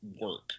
work